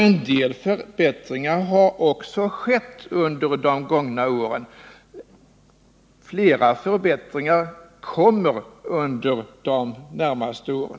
En del förbättringar har också skett under de gångna åren, och flera förbättringar kommer under de närmaste åren.